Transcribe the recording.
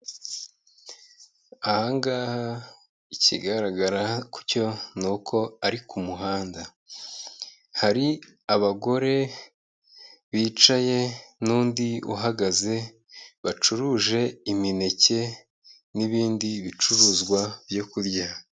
Ahangaha ikigaragara cyo n’uko ari ku muhanda, hari abagore bicaye n'undi uhagaze bacuruje imineke n'ibindi bicuruzwa byo kurya.